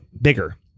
bigger